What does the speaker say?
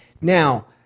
Now